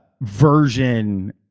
version